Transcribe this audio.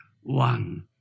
one